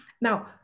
Now